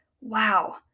wow